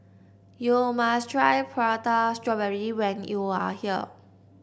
you must try Prata Strawberry when you are here